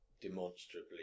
demonstrably